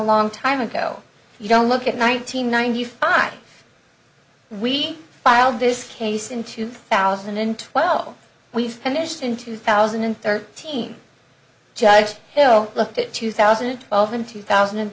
long time ago you don't look at nineteen ninety five we filed this case in two thousand and twelve we finished in two thousand and thirteen judge hill looked at two thousand and twelve and two thousand and